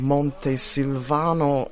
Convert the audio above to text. Montesilvano